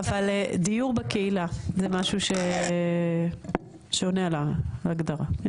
אבל דיור בקהילה זה משהו שעונה להגדרה.